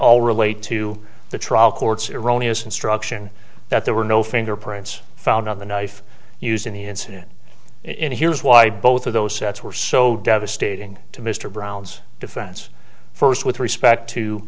all relate to the trial court's eroni as instruction that there were no fingerprints found on the knife used in the incident in here's why both of those sets were so devastating to mr brown's defense first with respect to